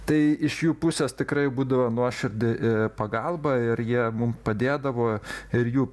tai iš jų pusės tikrai būdavo nuoširdi pagalba ir jie mum padėdavo ir jų